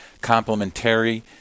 complementary